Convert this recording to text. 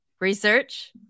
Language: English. research